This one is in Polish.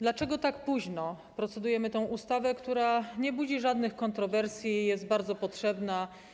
Dlaczego tak późno procedujemy nad tą ustawą, która nie budzi żadnych kontrowersji i jest bardzo potrzebna?